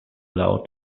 loud